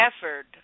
Effort